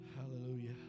Hallelujah